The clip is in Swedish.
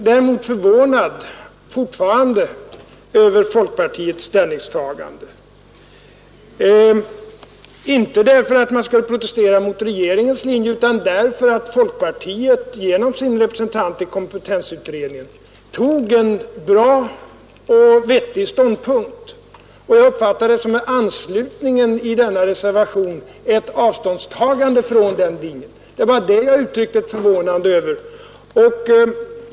Däremot är jag fortfarande förvånad över folkpartiets ställningstagande, inte därför att man protesterar mot regeringens linje utan därför att folkpartiet genom sin representant i kompetensutredningen intog en vettig ståndpunkt. Jag uppfattar anslutningen till reservationen som ett avståndstagande från den linjen. Det var det jag uttryckte förvåning över.